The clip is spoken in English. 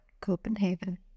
Copenhagen